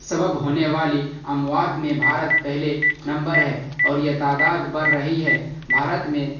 سبب ہونے والی اموات میں بھارت پہلے نمبر ہے اور یہ تعداد بڑھ رہی ہے بھارت میں